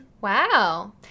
Wow